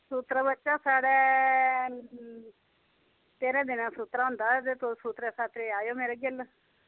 सुत्तरा बच्चा साढ़े तेह्रें दिनें सुत्तरा होंदा ते सुत्तरै गी आयो मेरे गिल्ल